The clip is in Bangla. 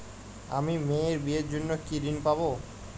আমি মেয়ের বিয়ের জন্য কি ঋণ পাবো?